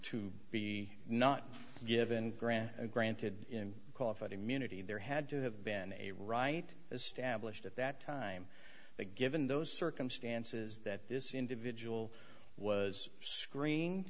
to be not given grant a granted qualified immunity there had to have been a right is stablished at that time the given those circumstances that this individual was screen